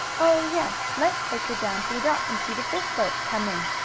oh, yes, let's take her down to the dock and see the fish boats come in!